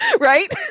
Right